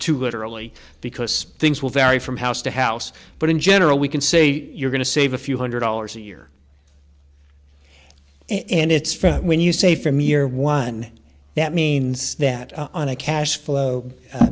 too literally because things will vary from house to house but in general we can say you're going to save a few hundred dollars a year and it's from when you say from year one that means that on a cash flow